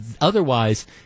otherwise